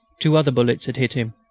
two other bullets had hit him,